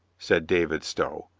said david stow,